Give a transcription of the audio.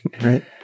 right